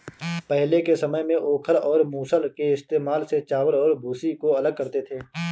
पहले के समय में ओखल और मूसल के इस्तेमाल से चावल और भूसी को अलग करते थे